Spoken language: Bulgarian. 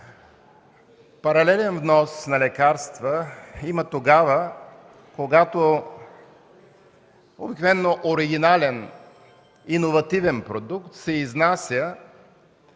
паралелен внос на лекарства има, когато обикновено оригинален, иновативен продукт се изнася